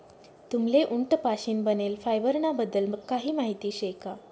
तुम्हले उंट पाशीन बनेल फायबर ना बद्दल काही माहिती शे का?